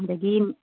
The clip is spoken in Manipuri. ꯑꯗꯒꯤ